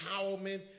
empowerment